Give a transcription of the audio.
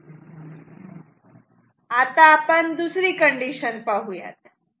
आता आपण दुसरी कंडीशन पाहूयात